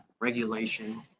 regulation